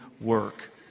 work